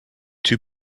two